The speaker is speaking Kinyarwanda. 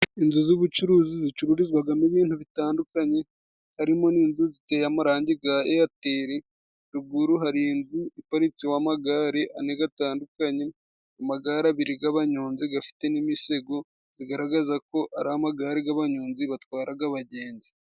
Inzu z'ubucuruzi zicururizwagamo ibintu bitandukanye harimo n'inzu ziteye amarangi ga eyateli, ruguru hari inzu iparitseho amagare ane gatandukanye; amagare abiri g'abanyonzi gafite n'imisego zigaragaza ko ari amagare g'abanyonzi batwaraga abagenzi.